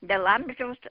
dėl amžiaus